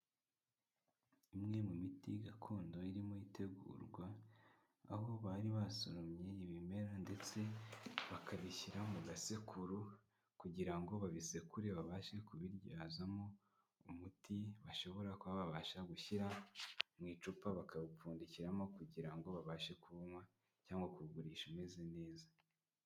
I'm mwe mu miti gakondo irimo itegurwa aho bari basoromye ibimera ndetse bakabishyira mu gasekuru kugira ngo babisekure babashe umuti bashobora kuba babasha gushyira mu icupa bakawupfundikiramo kugira ngo babashe kuwunywa cyangwa kuwugurisha umeze neza.